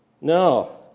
no